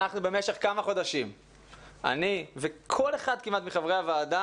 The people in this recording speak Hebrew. במשך כמה חודשים אני וכל אחד כמעט מחברי הוועדה